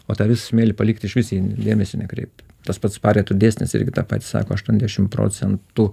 o tą visą smėlį palikt išvis yn dėmesio nekreipt tas pats pareto dėsnis irgi tą patį sako aštuondešim procentų